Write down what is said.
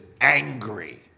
angry